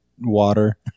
water